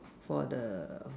for the